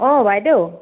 অঁ বাইদেউ